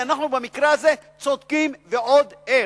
כי במקרה הזה אנחנו צודקים ועוד איך.